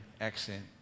accent